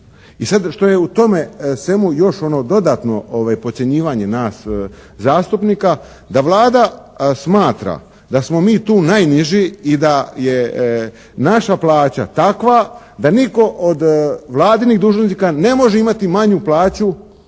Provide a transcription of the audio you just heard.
I sad što je u tome svemu još ono dodatno podcjenjivanje nas zastupnika, da Vlada smatra da smo mi tu najniži i da je naša plaća takva da nitko od Vladinih dužnosnika ne može imati manju plaću